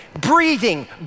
breathing